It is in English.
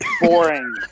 boring